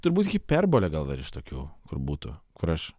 turbūt hiperbolė gal dar ir iš tokių kur būtų kur aš